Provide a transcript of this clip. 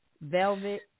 velvet